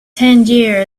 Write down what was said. tangier